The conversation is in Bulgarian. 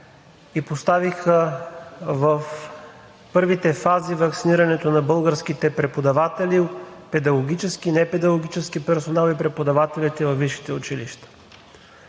и поставиха в първите фази ваксинирането на българските преподаватели, педагогически, непедагогически персонал и преподавателите във висшите училища.